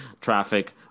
traffic